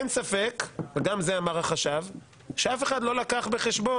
אין ספק, וגם זה אמר החשב, שאף אחד לא לקח בחשבון